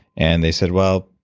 and they said, well,